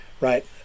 right